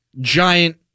giant